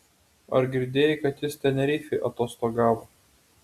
ar girdėjai kad jis tenerifėj atostogavo